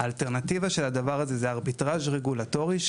האלטרנטיבה של הדבר הזה זה ארביטראז' רגולטורי,